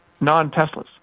non-Teslas